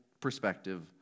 perspective